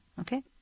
Okay